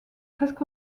presque